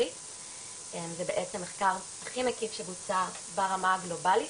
זה בעצם מחקר הכי מקיף שבוצע ברמה הגלובלית.